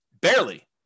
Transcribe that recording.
barely